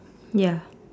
ya